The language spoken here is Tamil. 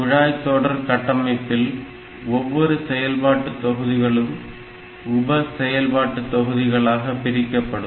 குழாய் தொடர் கட்டமைப்பில் ஒவ்வொரு செயல்பாட்டு தொகுதிகளும் உப செயல்பாட்டு தொகுதிகளாக பிரிக்கப்படும்